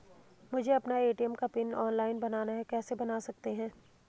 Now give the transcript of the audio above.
मुझे अपना ए.टी.एम का पिन ऑनलाइन बनाना है कैसे बन सकता है?